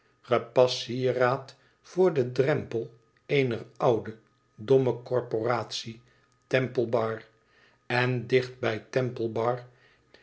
gepast sieraad voor den drempel eener oude domme corporatie temple bar en dicht bij